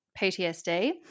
PTSD